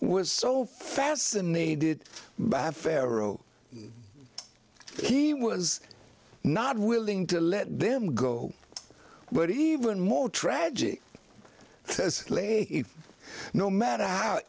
were so fascinated by pharaoh he was not willing to let them go where even more tragic no matter how